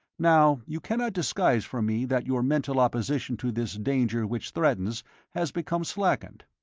now, you cannot disguise from me that your mental opposition to this danger which threatens has become slackened.